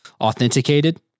authenticated